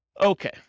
Okay